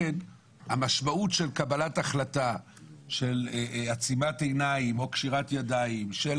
המשמעות של עצימת עיניים או קשירת ידיים של